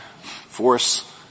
force